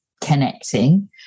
connecting